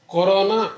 Corona